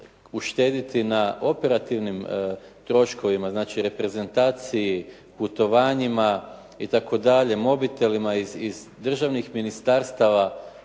uštediti na operativnim troškovima, znači reprezentaciji putovanjima itd., mobitelima iz državnih ministarstvima